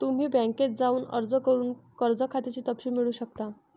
तुम्ही बँकेत जाऊन अर्ज करून कर्ज खात्याचे तपशील मिळवू शकता